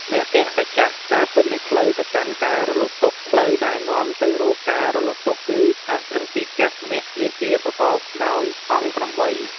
មគ្គសច្ចៈ ការពិតនៃផ្លូវទៅកាន់ការរលត់ទុក្ខ ផ្លូវដែលនាំទៅរកការរលត់ទុក្ខ គឺ អដ្ឋង្គិកមគ្គ មាគ៌ាប្រកបដោយអង្គ ៨។